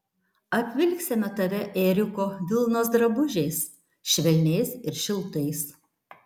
apvilksime tave ėriuko vilnos drabužiais švelniais ir šiltais